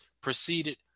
Proceeded